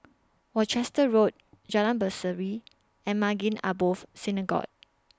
Worcester Road Jalan Berseri and Maghain Aboth Synagogue